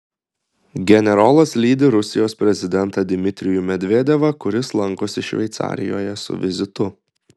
generolas lydi rusijos prezidentą dmitrijų medvedevą kuris lankosi šveicarijoje su vizitu